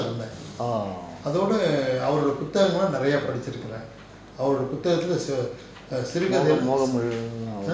ah